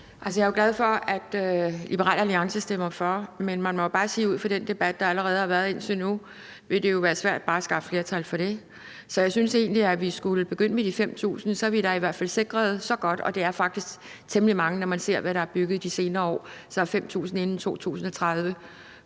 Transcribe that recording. Jeg er jo glad for, at Liberal Alliance stemmer for. Men man må jo bare ud fra den debat, der allerede har været indtil nu, sige, at det vil være svært bare at skaffe flertal for det. Så jeg synes egentlig, at vi skulle begynde ved de 5.000, for så er vi da i hvert fald sikret så godt, og det er faktisk temmelig mange. Når man ser, hvad der er bygget de senere år, er 5.000 inden 2030